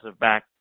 back